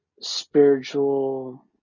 spiritual